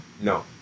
No